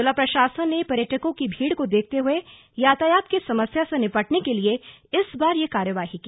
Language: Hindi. ज़िला प्रशासन ने पर्यटकों की भीड़ को देखते हुए यातायात की समस्या से निपटने के लिए इस बार यह कार्यवाही की